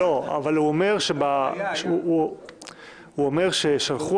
אבל הוא אומר ששלחו